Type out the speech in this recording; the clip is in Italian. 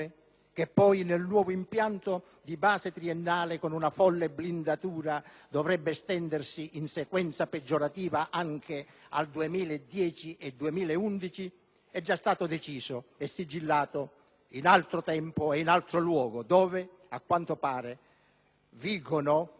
che poi nel nuovo impianto di base triennale, con una folle blindatura, dovrebbe estendersi in sequenza peggiorativa anche al 2010 e 2011 - è già stato deciso e sigillato in altro tempo e in altro luogo, dove, a quanto pare, vigono